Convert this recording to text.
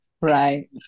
Right